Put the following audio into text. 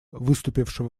выступившего